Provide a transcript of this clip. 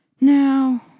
Now